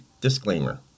Disclaimer